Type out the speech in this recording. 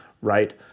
right